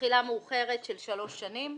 תחילה מאוחרת של שלוש שנים.